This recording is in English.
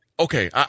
Okay